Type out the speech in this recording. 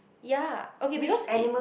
ya okay because it